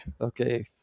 Okay